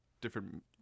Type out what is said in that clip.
different